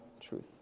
truth